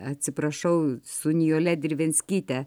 atsiprašau su nijole drivenskyte